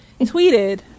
tweeted